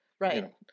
right